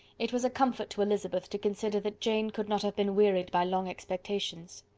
it was a comfort to elizabeth to consider that jane could not have been wearied by long expectations.